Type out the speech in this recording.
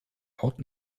haut